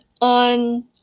on